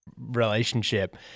relationship